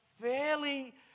fairly